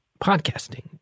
podcasting